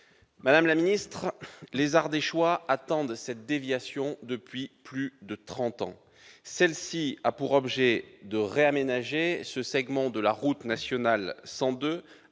Madame la ministre, les Ardéchois attendent cette déviation depuis plus de trente ans. Celle-ci a pour objet de réaménager ce segment de la RN 102,